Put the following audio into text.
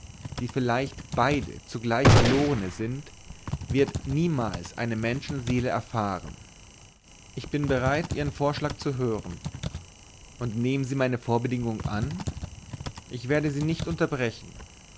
die vielleicht beide zugleich verlorene sind wird niemals eine menschenseele erfahren ich bin bereit ihren vorschlag zu hören und nehmen meine vorbedingung an ich werde sie nicht unterbrechen